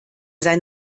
sein